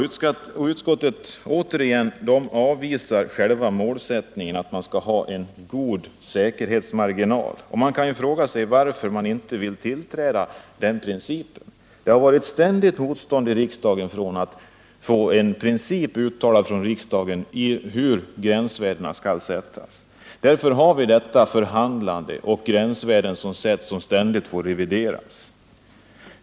Utskottet avvisar återigen själva målsättningen att man skall ha en god säkerhetsmarginal. Man kan fråga sig varför utskottet inte vill acceptera den principen. Det har i riksdagen varit ständigt motstånd mot att från riksdagen få en uttalad princip om hur gränsvärden skall sättas. Därför har vi detta förhandlande och satta gränsvärden som ständigt får revideras.